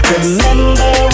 Remember